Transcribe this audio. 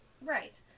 right